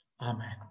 Amen